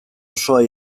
osoa